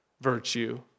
virtue